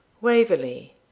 Waverley